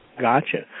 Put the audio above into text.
Gotcha